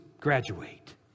graduate